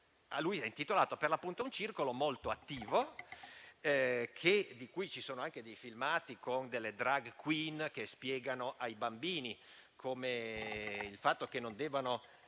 lui è intitolato per l'appunto un circolo molto attivo, di cui ci sono anche dei filmati con delle *drag queen* che spiegano ai bambini il fatto che non devono